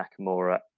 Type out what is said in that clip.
Nakamura